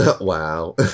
wow